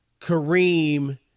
Kareem